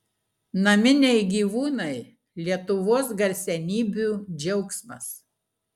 naminiai gyvūnai lietuvos garsenybių džiaugsmas